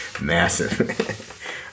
massive